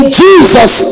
jesus